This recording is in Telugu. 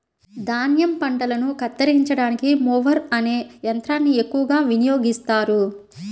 ధాన్యం పంటలను కత్తిరించడానికి మొవర్ అనే యంత్రాన్ని ఎక్కువగా వినియోగిస్తారు